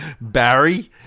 Barry